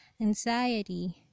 anxiety